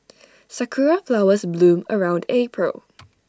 Sakura Flowers bloom around April